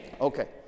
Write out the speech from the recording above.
Okay